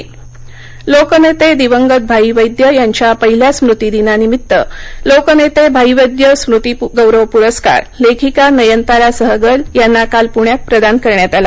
पुरस्कार दिवगंत भाई वैद्य यांच्या पहिल्या स्मृतीदिनानिमित्त लोकनेते भाई वैद्य स्मृती गौरव पुरस्कार लेखिका नयनतारा सहगल यांना काल प्ण्यात प्रदान करण्यात आला